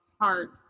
heart